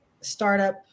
startup